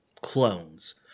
Clones